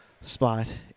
spot